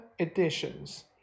editions